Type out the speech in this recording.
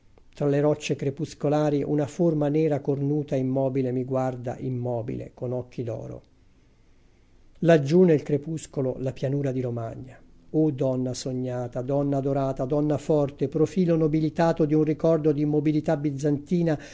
tra le rocce crepuscolari una forma nera cornuta immobile mi guarda immobile con occhi d'oro laggiù nel crepuscolo la pianura di romagna o donna sognata donna adorata donna forte profilo nobilitato di un ricordo di immobilità bizantina